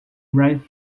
right